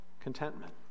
contentment